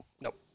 Nope